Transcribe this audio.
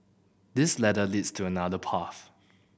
this ladder leads to another path